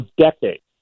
decades